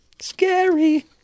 Scary